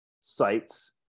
sites